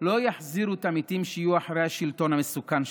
לא יחזירו את המתים שיהיו אחרי השלטון המסוכן שלכם.